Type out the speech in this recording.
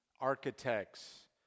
architects